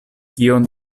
kion